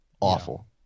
awful